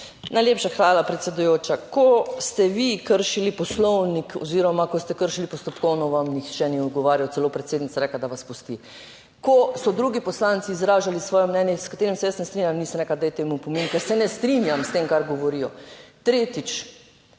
Najlepša hvala, predsedujoča. Ko ste vi kršili Poslovnik oziroma ko ste kršili postopkovno, vam nihče ni odgovarjal, celo predsednica rekla, da vas pusti. Ko so drugi poslanci izražali svoje mnenje s katerim se jaz ne strinjam, nisem rekla, da je temu opomin, ker se ne strinjam s tem, kar govorijo. Tretjič.